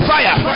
Fire